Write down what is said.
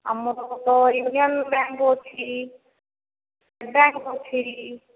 ଆମର union bank ଅଛି state bank ଅଛି